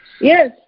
Yes